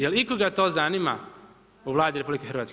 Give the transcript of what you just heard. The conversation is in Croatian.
Jel ikoga to zanima u Vladi RH?